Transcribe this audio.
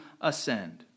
ascend